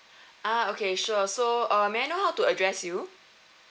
ah okay sure so uh may I know how to address you